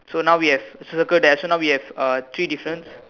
so now we have circle that ah so now we have uh three difference